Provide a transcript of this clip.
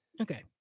Okay